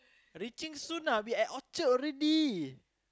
reaching soon ah we at Orchard already